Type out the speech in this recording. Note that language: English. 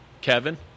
Kevin